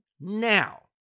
Now